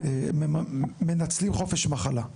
מנצלים חופש מחלה?